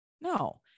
No